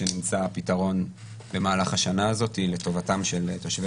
שנמצא פתרון במהלך השנה הזאת לטובתם של תושבי האזור.